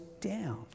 down